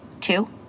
Two